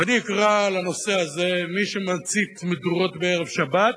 ואני אקרא לנושא הזה: מי שמצית מדורות בערב שבת,